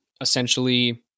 essentially